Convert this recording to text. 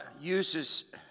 uses